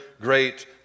great